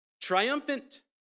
Triumphant